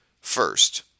First